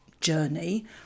journey